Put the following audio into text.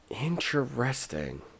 interesting